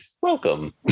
welcome